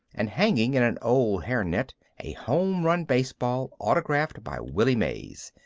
and hanging in an old hairnet a home-run baseball autographed by willie mays.